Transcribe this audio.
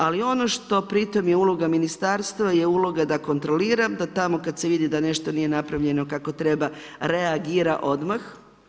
Ali ono što pritom je uloga ministarstva je uloga da kontrolira, da tamo kad se vidi da nešto nije napravljeno kako treba reagira odmah.